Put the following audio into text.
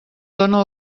dóna